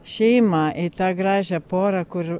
šeimą į tą gražią porą kur